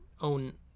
own